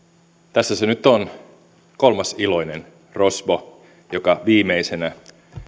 tässä se nyt on kolmas iloinen rosvo joka viimeisenä